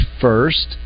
first